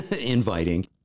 inviting